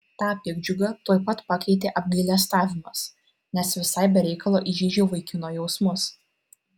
tą piktdžiugą tuoj pat pakeitė apgailestavimas nes visai be reikalo įžeidžiau vaikino jausmus